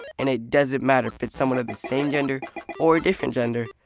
and it doesn't matter if it's someone of the same gender or a different gender.